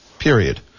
Period